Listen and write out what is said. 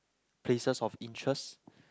places of interest